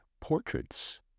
portraits